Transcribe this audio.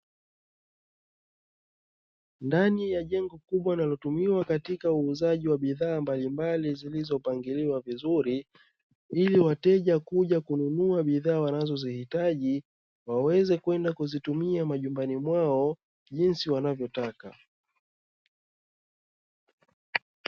Ndani ya jengo kubwa linalotumiwa katika uuzaji wa bidhaa mbalimbali zilizopangiliwa vizuri, ili wateja kuja kununua bidhaa wanazozihitaji, waweze kwenda kuzitumia majumbani mwao, jinsi wanavyotaka.